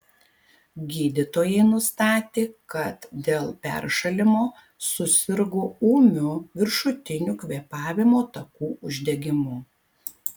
gydytojai nustatė kad dėl peršalimo susirgo ūmiu viršutinių kvėpavimo takų uždegimu